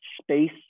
space